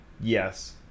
Yes